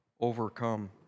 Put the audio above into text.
overcome